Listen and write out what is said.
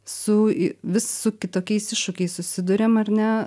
su vis su kitokiais iššūkiais susiduriam ar ne